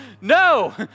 no